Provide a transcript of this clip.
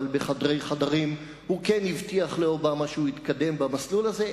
אבל בחדרי חדרים הוא כן הבטיח לאובמה שהוא יתקדם במסלול הזה.